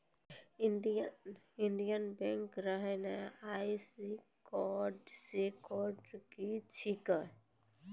Indian bank रो नया IFSC code की छिकै